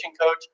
coach